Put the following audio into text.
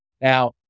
Now